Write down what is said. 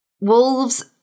Wolves